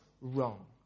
wrong